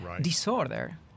disorder